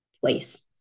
place